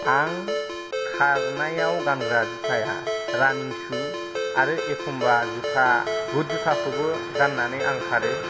आं खारनायाव गानग्रा जुथाया रानिं शु आरो एखमबा जुथा बुट जुथाखौबो गाननानै आं खारो